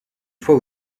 fois